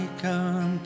come